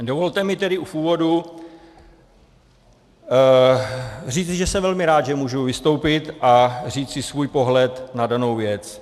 Dovolte mi tedy v úvodu říci, že jsem velmi rád, že můžu vystoupit a říci svůj pohled na danou věc.